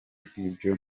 nk’ibyo